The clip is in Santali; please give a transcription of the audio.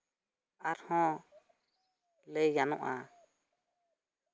ᱟᱨᱦᱚᱸ ᱞᱟᱹᱭ ᱜᱟᱱᱚᱜᱼᱟ